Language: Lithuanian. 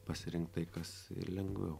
pasirinkt tai kas yr lengviau